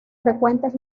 frecuentes